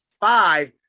five